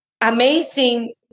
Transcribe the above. amazing